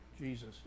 Jesus